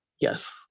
Yes